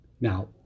Now